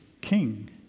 king